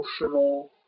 emotional